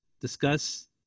discuss